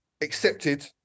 accepted